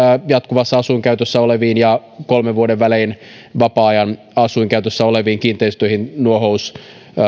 jatkuvassa asuinkäytössä oleviin ja kolmen vuoden välein vapaa ajan asuinkäytössä oleviin kiinteistöihin nuohous